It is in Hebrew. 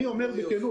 אני אומר בכנות,